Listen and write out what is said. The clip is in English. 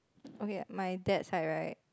okay my dad's side right